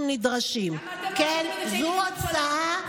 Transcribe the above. עובדים הוא השקעה ולא הוצאה.